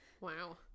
Wow